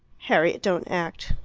harriet, don't act.